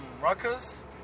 ruckus